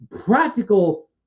practical